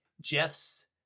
jeff's